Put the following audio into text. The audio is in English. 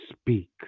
speak